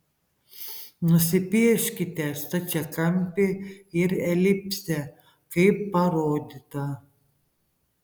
nusipieškite stačiakampį ir elipsę kaip parodyta